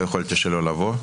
ולכן לא יכולתי שלא לבוא.